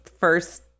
first